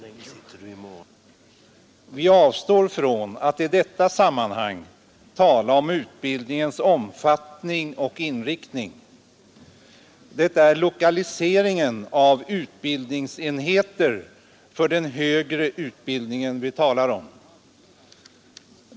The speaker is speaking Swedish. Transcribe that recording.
Vi avstår från att i detta sammanhang tala om utbildningens omfattning och inriktning. Det är lokaliseringen av utbildningsenheter för den högre utbildningen vi talar om.